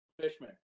fishman